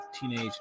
teenage